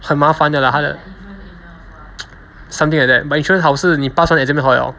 很麻烦的 lah 它的 something like that but insurance 好是你 pass exam 就好了